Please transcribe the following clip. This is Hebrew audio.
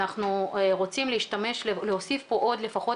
אנחנו רוצים להוסיף פה עוד לפחות